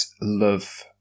love